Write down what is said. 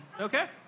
Okay